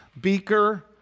beaker